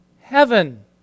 Heaven